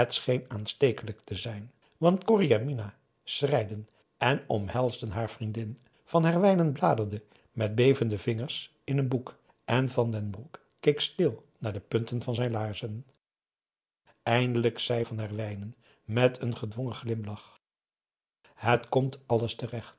aanstekelijk te zijn want corrie en mina schreiden en omhelsden haar vriendin van herwijnen bladerde met bevende vingers in een boek en van den broek keek stil naar de punten van zijn laarzen eindelijk zei van herwijnen met een gedwongen glimlach het komt alles terecht